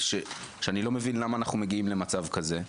אני לא מבין למה אנחנו מגיעים למצב כזה,